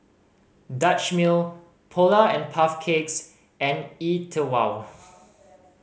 Dutch Mill Polar and Puff Cakes and E Twow